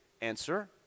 answer